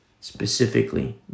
specifically